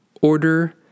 Order